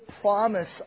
promise